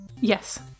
Yes